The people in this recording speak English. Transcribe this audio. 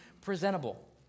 Presentable